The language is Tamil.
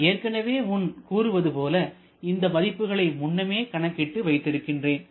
நான் ஏற்கனவே முன் கூறுவது போல இந்த மதிப்புகளை முன்னமே கணக்கிட்டு வைத்திருக்கிறேன்